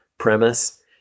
premise